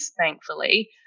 thankfully